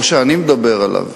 או שאני מדבר עליו?